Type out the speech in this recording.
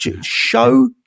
show